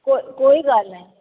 कोए कोई ॻाल्हि न आहे